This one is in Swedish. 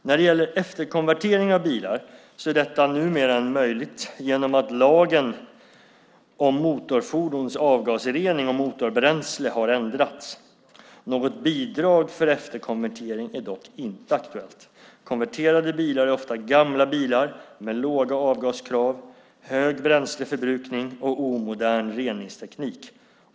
När det gäller efterkonvertering av bilar är detta numera möjligt genom att lagen om motorfordons avgasrening och motorbränsle har ändrats. Något bidrag för efterkonvertering är dock inte aktuellt. Konverterade bilar är ofta gamla bilar med låga avgaskrav, hög bränsleförbrukning och omodern reningsteknik.